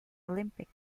olympic